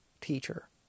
teacher